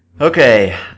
Okay